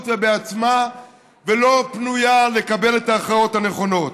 ובעצמה ולא פנויה לקבל את ההכרעות הנכונות.